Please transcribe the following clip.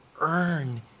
earn